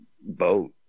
boat